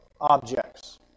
objects